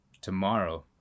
tomorrow